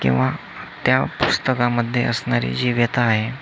किंवा त्या पुस्तकामध्ये असणारी जी व्यथा आहे